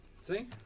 See